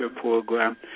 program